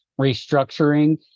restructuring